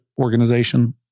organization